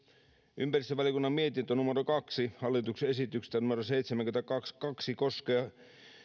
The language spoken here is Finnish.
ympäristövaliokunnan mietintö numero kahden hallituksen esityksestä numero seitsemänkymmentäkaksi koskee